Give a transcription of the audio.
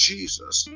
Jesus